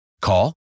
Call